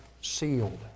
sealed